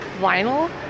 vinyl